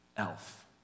elf